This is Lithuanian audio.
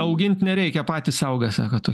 augint nereikia patys auga sakot